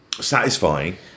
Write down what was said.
Satisfying